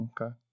Okay